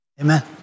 Amen